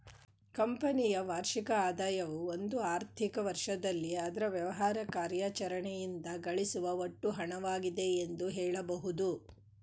ಕಂಪನಿಯ ವಾರ್ಷಿಕ ಆದಾಯವು ಒಂದು ಆರ್ಥಿಕ ವರ್ಷದಲ್ಲಿ ಅದ್ರ ವ್ಯವಹಾರ ಕಾರ್ಯಾಚರಣೆಯಿಂದ ಗಳಿಸುವ ಒಟ್ಟು ಹಣವಾಗಿದೆ ಎಂದು ಹೇಳಬಹುದು